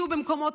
יהיו במקומות